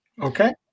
Okay